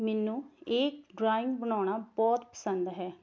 ਮੈਨੂੰ ਇਹ ਡਰਾਇੰਗ ਬਣਾਉਣਾ ਬਹੁਤ ਪਸੰਦ ਹੈ